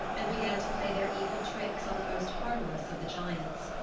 and began to play their evil tricks on the most harmless of the giants.